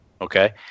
Okay